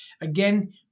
Again